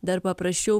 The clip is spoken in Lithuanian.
dar paprasčiau